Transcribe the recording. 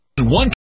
One